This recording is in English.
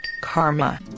Karma